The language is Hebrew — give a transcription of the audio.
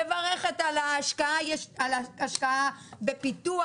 אני מברכת על ההשקעה בפיתוח,